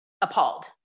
appalled